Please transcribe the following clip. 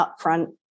upfront